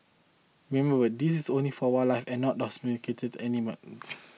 remember this is only for wildlife and not domesticated animals